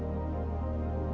or